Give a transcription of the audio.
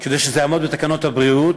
כדי שזה יעמוד בתקנות הבריאות.